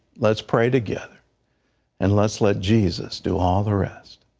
let's pray together and let's let jesus do all the rest.